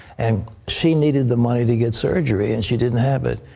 and she needed the money to get surgery, and she didn't have that.